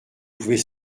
pouvez